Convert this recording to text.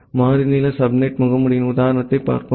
எனவே மாறி நீள சப்நெட் முகமூடியின் உதாரணத்தைப் பார்ப்போம்